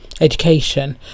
education